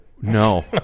no